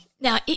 Now